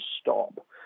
stop